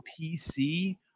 PC